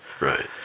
Right